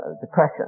depression